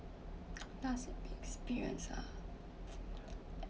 experience ah